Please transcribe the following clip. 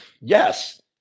Yes